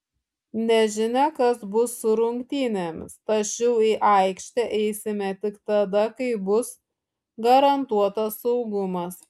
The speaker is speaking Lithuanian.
nežinia kas bus su rungtynėmis tačiau į aikštę eisime tik tada kai bus garantuotas saugumas